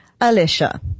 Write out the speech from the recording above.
Alicia